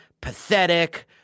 pathetic